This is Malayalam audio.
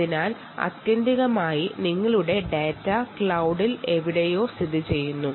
അതിനാൽ നിങ്ങളുടെ ഡാറ്റ ക്ലൌഡിൽ എവിടെയോ കണുന്നു